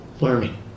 learning